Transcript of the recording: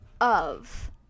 of-